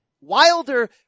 Wilder